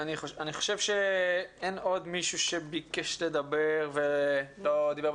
אני חושב שאין עוד מישהו שביקש לדבר ולא דיבר.